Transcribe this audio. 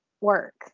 work